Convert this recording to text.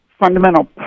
fundamental